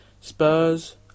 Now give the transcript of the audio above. Spurs